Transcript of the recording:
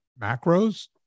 macros